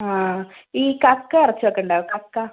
ആ ഈ കക്ക ഇറച്ചിയൊക്കെ ഉണ്ടോ കക്ക